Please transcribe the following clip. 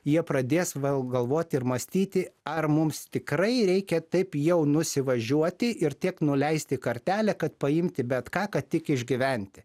jie pradės vėl galvot ir mąstyti ar mums tikrai reikia taip jau nusivažiuoti ir tiek nuleisti kartelę kad paimti bet ką kad tik išgyventi